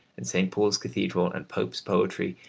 and st. paul's cathedral, and pope's poetry,